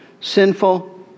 sinful